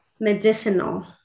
medicinal